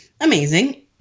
amazing